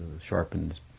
sharpened